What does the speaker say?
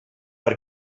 per